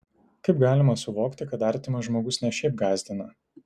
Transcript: kaip galima suvokti kad artimas žmogus ne šiaip gąsdina